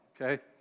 okay